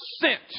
sent